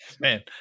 Man